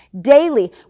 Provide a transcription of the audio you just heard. daily